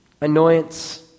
annoyance